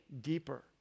deeper